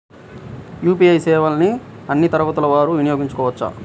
UPI సేవలని అన్నీ తరగతుల వారు వినయోగించుకోవచ్చా?